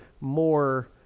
more